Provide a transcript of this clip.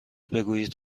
بگویید